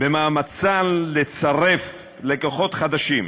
במאמצים לצרף לקוחות חדשים,